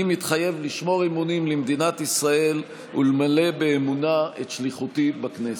אני מתחייב לשמור אמונים למדינת ישראל ולמלא באמונה את שליחותי בכנסת.